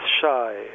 shy